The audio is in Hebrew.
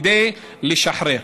לשחרר.